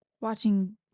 watching